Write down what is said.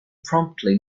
promptly